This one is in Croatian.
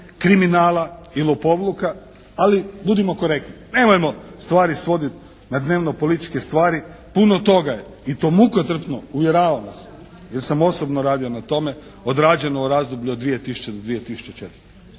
kriminala i lopovluka ali budimo korektni. Nemojmo stvari svoditi na dnevno političke stvari. Puno toga je i to mukotrpno uvjeravam vas jer sam osobno radio na tome odrađeno u razdoblju od 2000. do 2004.